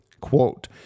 Quote